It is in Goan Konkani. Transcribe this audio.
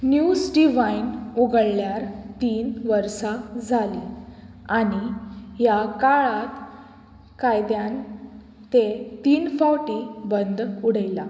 न्यूज डिवायन उगडल्यार तीन वर्सां जाली आनी ह्या काळांत कायद्यान ते तीन फावटी बंद उडयलां